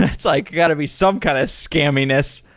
it's like got to be some kind of scamminess.